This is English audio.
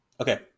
Okay